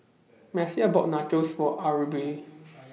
Messiah bought Nachos For Arbie